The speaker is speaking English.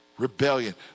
Rebellion